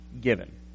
given